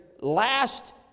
last